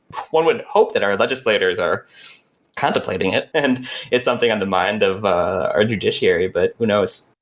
one would hope that our legislators are contemplating it and it's something on the mind of our judiciary, but who knows?